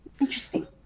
Interesting